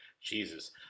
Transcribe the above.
Jesus